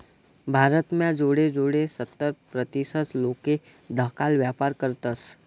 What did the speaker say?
भारत म्हा जोडे जोडे सत्तर प्रतीसत लोके धाकाला व्यापार करतस